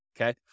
okay